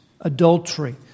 adultery